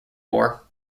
poor